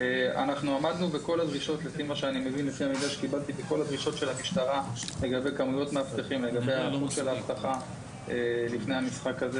עמדנו בכל הדרישות של המשטרה לגבי כמויות מאבטחים והאבטחה לפני המשחק.